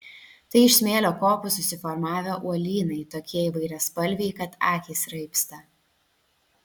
tai iš smėlio kopų susiformavę uolynai tokie įvairiaspalviai kad akys raibsta